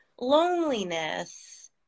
loneliness